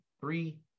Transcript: three